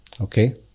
Okay